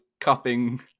cupping